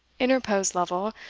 interposed lovel,